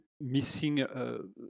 missing